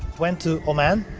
went to oman